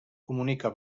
comunica